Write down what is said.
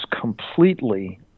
completely